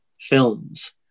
films